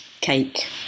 cake